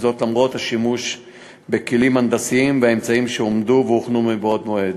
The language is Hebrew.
זאת למרות השימוש בכלים הנדסיים ואמצעים שהועמדו והוכנו מבעוד מועד.